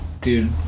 dude